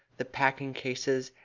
the packing-cases,